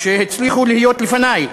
שהצליחו להיות לפני.